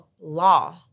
law